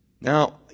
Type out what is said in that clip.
Now